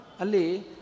Ali